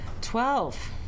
Twelve